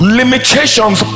limitations